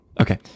Okay